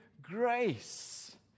grace